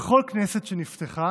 בכל כנסת שנפתחה